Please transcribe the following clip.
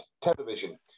television